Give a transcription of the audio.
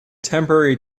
temporary